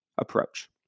approach